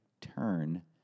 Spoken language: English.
turn